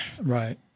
Right